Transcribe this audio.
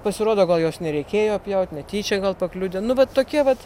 pasirodo o gal jos nereikėjo pjaut netyčia gal pakliudė nu va tokie vat